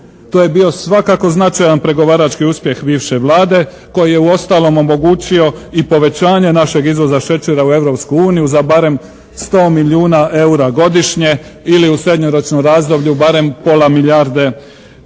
To je bio svakako značajan pregovarački uspjeh bivše Vlade koji je uostalom omogućio i povećanje našeg izvoza šećera u Europsku uniju za barem 100 milijuna eura godišnje ili u srednjeročnom razdoblju barem pola milijarde eura